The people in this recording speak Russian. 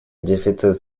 дефицит